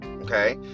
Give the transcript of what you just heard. Okay